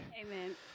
Amen